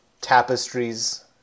Tapestries